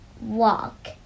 walk